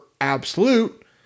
Absolute